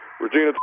Regina